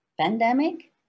pandemic